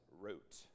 Wrote